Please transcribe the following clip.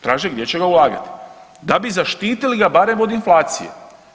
Traže gdje će ga ulagati da bi zaštitili ga barem od inflacije.